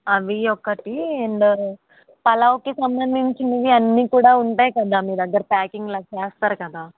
అవి ఒకటి అండ్ పలావకి సంబంధించినవి అన్ని కూడా ఉంటాయి కదా మీ దగ్గర ప్యాకింగ్ లాగా చేస్తారు కదా